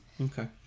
Okay